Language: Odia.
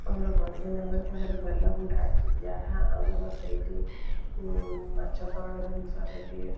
ଆମର ଭଞ୍ଜନଗର ପାଖରେ ବେଲଗୁଣ୍ଡା ଅଛି ଯାହା ଆମର ସେଇଠି ମାଛ ତୈଳ ଜିନିଷ ସେଠି